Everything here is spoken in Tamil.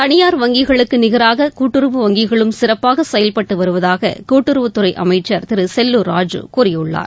தனியார் வங்கிகளுக்கு நிகராக கூட்டுறவு வங்கிகளும் சிறப்பாக செயல்பட்டு வருவதாக கூட்டுறவுத் துறை அமைச்சர் திரு செல்லார் ராஜூ கூறியுள்ளார்